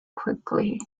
quickly